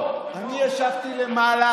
הוא שאל אם יש מישהו, לא.